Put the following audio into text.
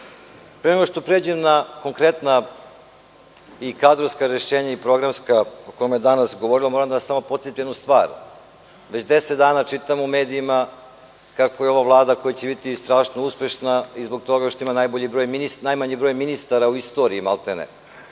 nego što pređem na konkretna i kadrovska rešenja i programska o kojima se danas govorilo, moram da vas podsetim na jednu stvar. Već 10 dana čitamo u medijima kako je ovo Vlada koja će biti strašno uspešna i zbog toga što ima najmanji broj ministara u istoriji, maltene.